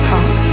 Park